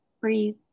breathe